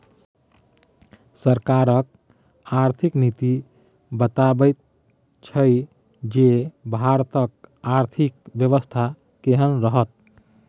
सरकारक आर्थिक नीति बताबैत छै जे भारतक आर्थिक बेबस्था केहन रहत